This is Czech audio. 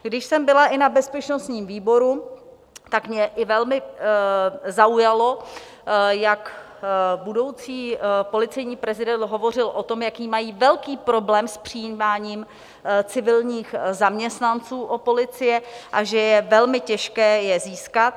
Když jsem byla i na bezpečnostním výboru, tak mě i velmi zaujalo, jak budoucí policejní prezident hovořil o tom, jaký mají velký problém s přijímáním civilních zaměstnanců u policie, že je velmi těžké je získat.